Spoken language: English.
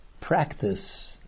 practice